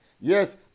Yes